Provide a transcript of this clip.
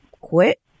quit